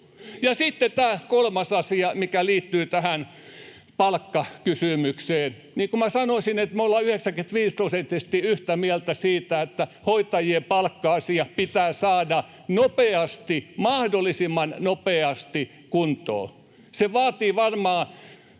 Sitten tämä kolmas asia, mikä liittyy palkkakysymykseen: Sanoisin, että me ollaan 95-prosenttisesti yhtä mieltä siitä, että hoitajien palkka-asiat pitää saada nopeasti, mahdollisimman nopeasti, kuntoon. Se vaatii varmaan